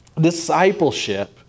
discipleship